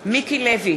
מיקי לוי,